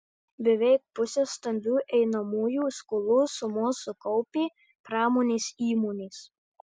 beveik pusę stambių einamųjų skolų sumos sukaupė pramonės įmonės